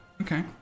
Okay